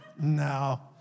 no